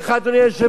אדוני היושב-ראש,